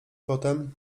potem